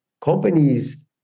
companies